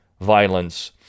violence